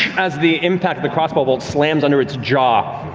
as the impact of the crossbow bolt slams under its jaw,